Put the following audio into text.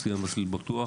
השיא היה "מסלול בטוח",